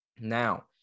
Now